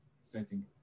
setting